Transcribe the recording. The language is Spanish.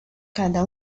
cada